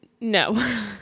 No